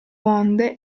onde